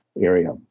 area